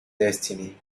destiny